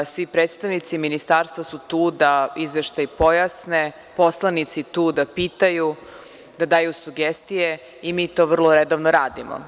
Svi predstavnici ministarstva su tu da izveštaj pojasne, poslanici tu da pitaju, da daju sugestije i mi to vrlo redovno radimo.